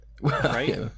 right